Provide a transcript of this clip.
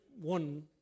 one